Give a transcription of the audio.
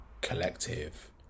collective